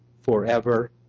forever